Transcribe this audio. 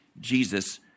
Jesus